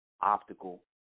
Optical